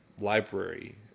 library